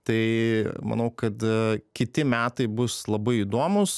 tai manau kad a kiti metai bus labai įdomūs